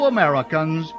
Americans